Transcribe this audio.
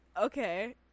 Okay